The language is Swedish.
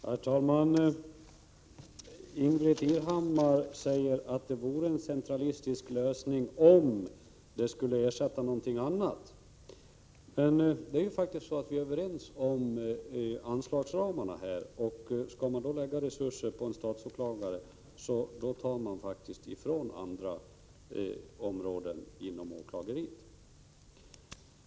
Herr talman! Ingbritt Irhammar säger att det vore en centralistisk lösning, om det kunde ersätta någonting annat. Men vi är faktiskt överens om anslagsramarna här. Skall man då lägga resurser på en statsåklagare, tar man faktiskt bort resurser från andra områden inom åklageriet.